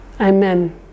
Amen